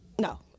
No